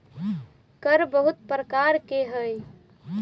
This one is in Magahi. कर बहुत प्रकार के हई